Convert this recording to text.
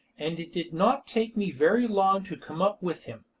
and it did not take me very long to come up with him.